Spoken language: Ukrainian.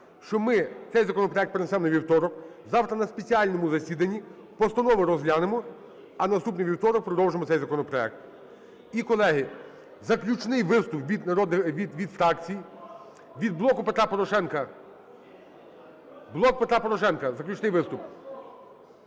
що ми цей законопроект перенесемо на вівторок. Завтра на спеціальному засіданні постанови розглянемо, а в наступний вівторок продовжимо цей законопроект. І, колеги, заключний виступ від фракцій. Від "Блоку Петра Порошенка"… "Блок Петра Порошенка" – заключний виступ.